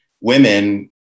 women